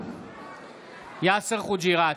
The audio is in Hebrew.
יאסר חוג'יראת,